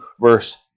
verse